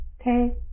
okay